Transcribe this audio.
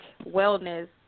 wellness